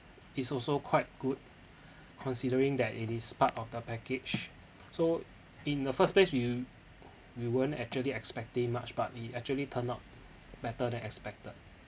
is also quite good considering that it is part of the package so in the first place we we weren't actually expecting much but it actually turn out better than expected